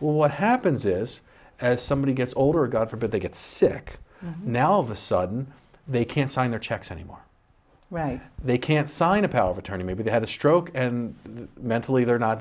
what happens is as somebody gets older god forbid they get sick now all of a sudden they can't sign their checks anymore right they can't sign a power of attorney maybe they have a stroke and mentally they're not